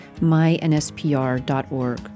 mynspr.org